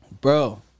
Bro